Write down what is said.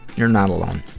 you're not alone,